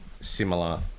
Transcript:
similar